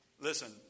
Listen